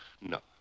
No